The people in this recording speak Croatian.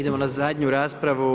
Idemo na zadnju raspravu.